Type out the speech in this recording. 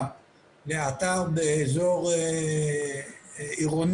בנייה לאתר באזור עירוני.